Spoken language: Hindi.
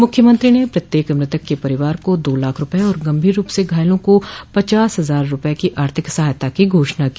मुख्यमंत्री ने प्रत्येक मृतक के परिवार को दो लाख रूपये और गम्भीर रूप से घायलों को पचास हजार रूपये की आर्थिक सहायता की घोषणा की